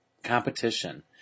Competition